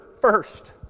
first